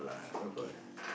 okay